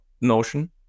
notion